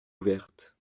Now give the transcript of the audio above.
ouvertes